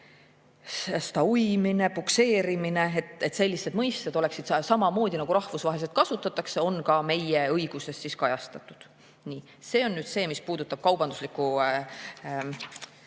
stauimine, pukseerimine – et sellised mõisted oleksid samamoodi, nagu rahvusvaheliselt kasutatakse, ka meie õiguses kajastatud. See on nüüd see, mis puudutab kaubandusliku